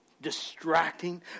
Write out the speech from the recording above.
distracting